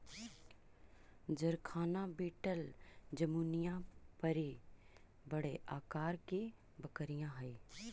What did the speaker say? जरखाना बीटल जमुनापारी बड़े आकार की बकरियाँ हई